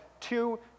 two